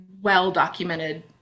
well-documented